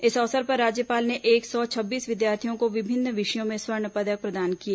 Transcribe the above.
इस अवसर पर राज्यपाल ने एक सौ छब्बीस विद्यार्थियों को विभिन्न विषयों में स्वर्ण पदक प्रदान किए